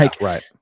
right